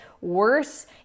worse